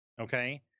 okay